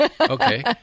Okay